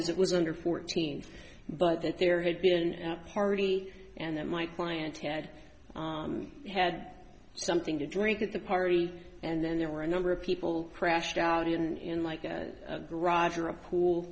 was under fourteen but that there had been a party and that my client had had something to drink at the party and then there were a number of people crashed out in a garage or a pool